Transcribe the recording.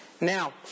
Now